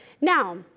Now